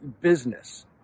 business